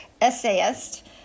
essayist